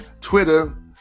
Twitter